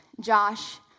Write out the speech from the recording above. Josh